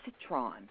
Citron